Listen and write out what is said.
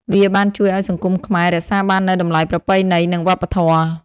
វាបានជួយឲ្យសង្គមខ្មែរ រក្សាបាននូវតម្លៃប្រពៃណី និងវប្បធម៌។